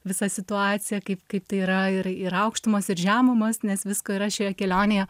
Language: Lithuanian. visą situaciją kaip kaip tai yra ir ir aukštumas ir žemumas nes visko yra šioje kelionėje